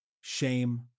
shame